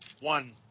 one